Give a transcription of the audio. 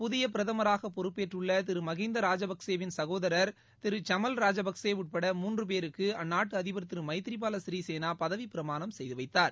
புதிய பிரதமராக பொறுப்பேற்றுள்ள திரு மஹிந்த ராஜபக்சேவின் சகோதரர் திரு சமால் ராஜபக்சே உட்பட மூன்று பேருக்கு அந்நாட்டு அதிபர் திரு மைதிபால சிறிசேனா பதவி பிரமாணம் செய்து வைத்தார்